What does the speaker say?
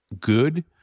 good